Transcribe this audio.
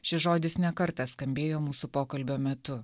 šis žodis ne kartą skambėjo mūsų pokalbio metu